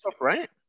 right